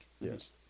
Yes